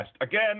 again